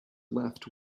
left